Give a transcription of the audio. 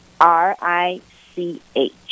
R-I-C-H